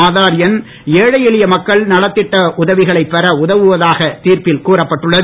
ஆதார் எண் ஏழை எளிய மக்கள் நலத்திட்ட உதவிகளை பெற உதவுவதாக தீர்ப்பில் கூறப்பட்டுள்ளது